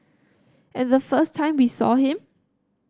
and the first time we saw him